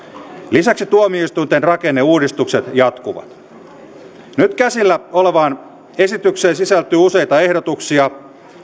lisäksi tuomioistuinten rakenneuudistukset jatkuvat nyt käsillä olevaan esitykseen sisältyy useita ehdotuksia